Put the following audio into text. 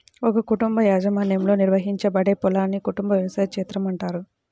ఒక కుటుంబ యాజమాన్యంలో నిర్వహించబడే పొలాన్ని కుటుంబ వ్యవసాయ క్షేత్రం అంటారు